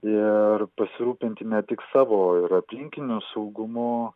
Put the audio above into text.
ir pasirūpinti ne tik savo ir aplinkinių saugumu